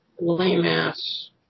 lame-ass